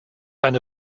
eine